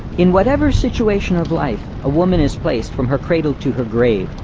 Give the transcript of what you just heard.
in whatever situation of life, a woman is placed from her cradle to her grave,